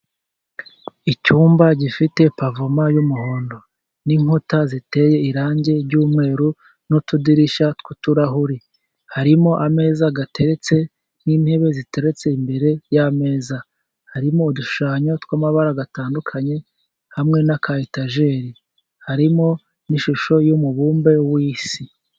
Icyumba gifite pavoma y'umuhondo, n'inkuta ziteye irangi ry'umweru n'utudirishya tw'uturahuri, harimo ameza ateretse n'intebe ziteretse imbere y'ameza, harimo udushushanyo tw'amabara dutandukanye hamwe n'aka etajeri, harimo n'ishusho y'umubumbe w'Isi.